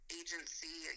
agency